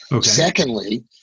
Secondly